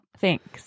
Thanks